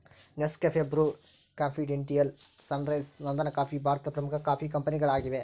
Nescafe, Bru, ಕಾಂಫಿಡೆಂಟಿಯಾಲ್, Sunrise, ನಂದನಕಾಫಿ ಭಾರತದ ಪ್ರಮುಖ ಕಾಫಿ ಕಂಪನಿಗಳಾಗಿವೆ